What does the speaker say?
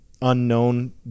unknown